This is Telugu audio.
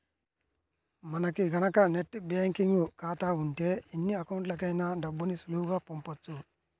మనకి గనక నెట్ బ్యేంకింగ్ ఖాతా ఉంటే ఎన్ని అకౌంట్లకైనా డబ్బుని సులువుగా పంపొచ్చు